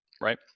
right